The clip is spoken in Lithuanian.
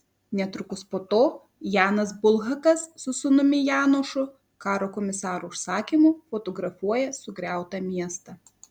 netrukus po to janas bulhakas su sūnumi janošu karo komisaro užsakymu fotografuoja sugriautą miestą